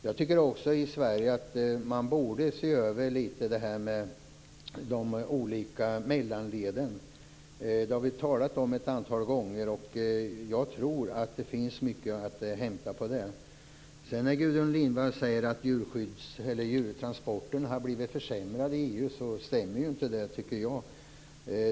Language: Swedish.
Jag tycker också att man i Sverige borde se över de olika mellanleden litet. Det har vi talat om ett antal gånger. Jag tror att det finns mycket att hämta där. Sedan säger Gudrun Lindvall att djurtransporterna har blivit försämrade i EU. Det tycker jag inte stämmer.